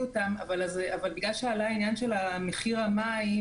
בגלל שעלה עניין מחיר המים,